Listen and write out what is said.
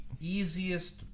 easiest